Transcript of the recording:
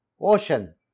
ocean